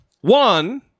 one